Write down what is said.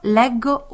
leggo